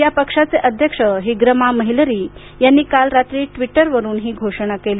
या पक्षाचे अध्यक्ष हिग्रमा महिलरी यांनी काल रात्री ट्वीटरवरून ही घोषणा केली